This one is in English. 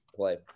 play